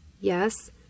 Yes